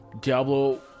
Diablo